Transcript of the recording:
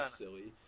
silly